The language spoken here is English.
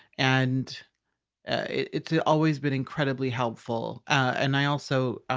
and it's always been incredibly helpful. and i also ah